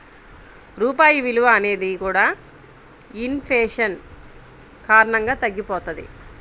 రూపాయి విలువ అనేది కూడా ఇన్ ఫేషన్ కారణంగా తగ్గిపోతది